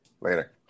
Later